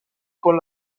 con